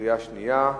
בקריאה שנייה.